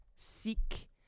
seek